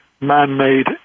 man-made